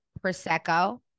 Prosecco